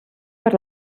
per